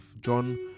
john